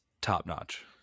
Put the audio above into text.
top-notch